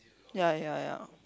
ya ya ya